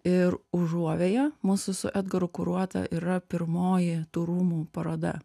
ir užuovėja mūsų su edgaru kuruota yra pirmoji tų rūmų paroda